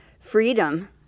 freedom